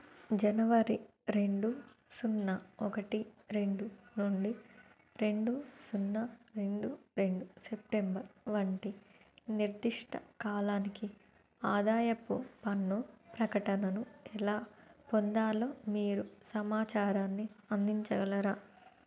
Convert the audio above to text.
జనవరి రెండు సున్నా ఒకటి రెండు నుండి రెండు సున్నా రెండు రెండు సెప్టెంబర్ వంటి నిర్దిష్ట కాలానికి ఆదాయపు పన్ను ప్రకటనను ఎలా పొందాలో మీరు సమాచారాన్ని అందించగలరా